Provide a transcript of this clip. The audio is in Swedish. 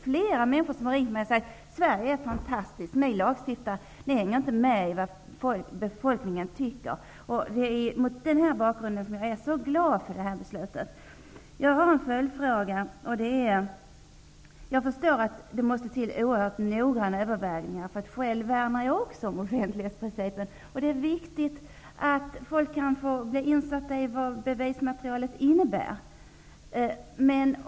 Flera människor har ringt till mig och sagt att ''Sverige är fantastiskt. Ni stiftar lagar och hänger inte med i vad befolkningen tycker.'' Det är mot denna bakgrund som jag är så glad för detta beslut. Jag har en följdfråga. Jag förstår att det måste till oerhört noggranna överväganden. Själv värnar jag också om offentlighetsprincipen. Det är viktigt att folk kan få bli insatta i vad bevismaterialet innebär.